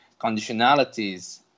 conditionalities